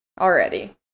already